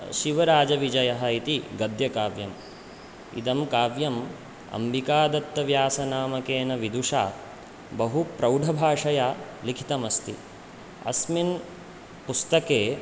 शिवराजविजयः इति गद्यकाव्यम् इदं काव्यम् अम्बिकादत्तव्यासनामकेन विदुषा बहु प्रौढभाषया लिखितमस्ति अस्मिन् पुस्तके